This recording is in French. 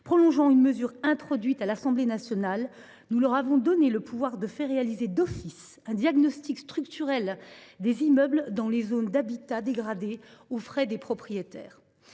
Prolongeant une mesure introduite à l’Assemblée nationale, nous leur avons ainsi donné le pouvoir de faire réaliser d’office un diagnostic structurel des immeubles dans les zones d’habitat dégradé aux frais des propriétaires.